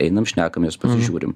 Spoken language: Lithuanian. einam šnekamės pasižiūrim